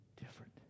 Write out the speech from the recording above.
different